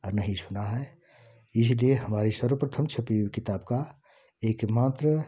और नहीं सुना है इसलिए हमारी सर्वप्रथम छपी हुई किताब का एक मात्र